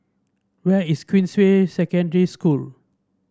where is Queensway Secondary School